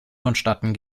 vonstatten